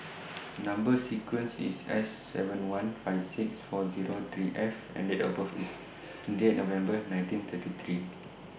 Number sequence IS S seven one five six four Zero three F and Date of birth IS twenty eight November nineteen thirty three